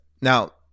now